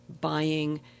buying